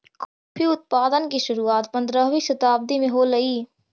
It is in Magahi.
कॉफी उत्पादन की शुरुआत पंद्रहवी शताब्दी में होलई